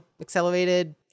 accelerated